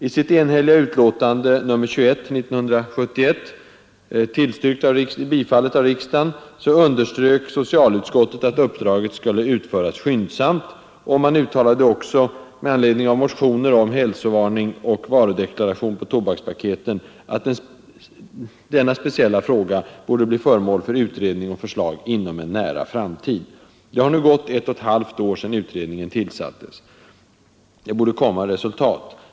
I sitt enh älliga betänkande nr 21 år 1971 antaget av riksdagen underströk socialutskottet att uppdraget skulle utföras skyndsamt. Utskottet uttalade också — med anledning av motioner om obligatorisk hälsovarning och varudeklaration på tobakspaketen att den speciella frågan borde bli föremål för utredning och förslag inom en nära framtid. Det har nu gått ett och ett halvt år sedan utredningen tillsattes. Det borde komma resultat.